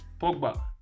Pogba